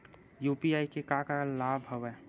UPI के का का लाभ हवय?